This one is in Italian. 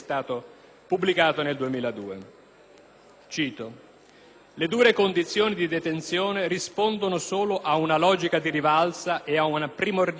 «(...) Le dure condizioni di detenzione rispondono solo ad una logica di rivalsa e a un primordiale senso di vindice giustizia.